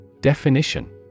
Definition